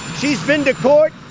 she's been to court.